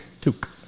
Took